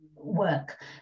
work